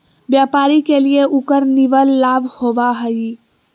व्यापारी के लिए उकर निवल लाभ होबा हइ